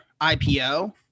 IPO